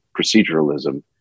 proceduralism